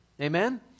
Amen